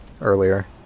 earlier